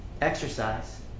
exercise